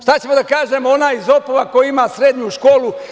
Šta će da kaže onaj iz Opova koji ima srednju školu?